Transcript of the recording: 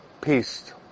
peace